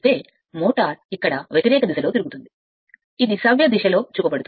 కాబట్టి యంత్రం ఇక్కడ వ్యతిరేక దిశలో తిరుగుతుంది ఇది సవ్యదిశలో చూపబడుతుంది